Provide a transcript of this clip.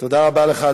תודה רבה לך,